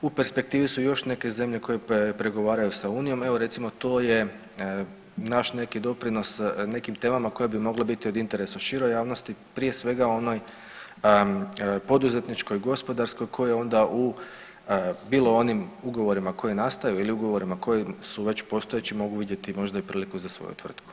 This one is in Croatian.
U perspektivi su još neke zemlje koje pregovaraju sa Unijom, evo recimo to je naš neki doprinos nekim temama koje bi mogle biti od interesa široj javnosti prije svega onoj poduzetničkoj, gospodarskoj koje onda u bilo onim ugovorima koji nastaju ili ugovorima koji su već postojeći mogu vidjeti možda priliku za svoju tvrtku.